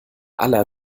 aller